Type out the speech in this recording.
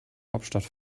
hauptstadt